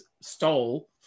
stole